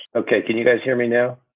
ok, can you guys hear me now?